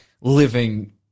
living